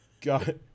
got